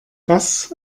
das